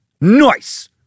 Nice